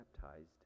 baptized